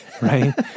right